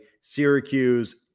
Syracuse